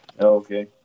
okay